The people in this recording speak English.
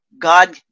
God